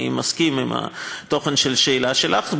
אני מסכים עם תוכן השאילתה שלך.